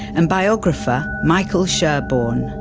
and biographer michael sherborne.